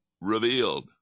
revealed